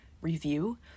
review